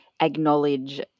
acknowledge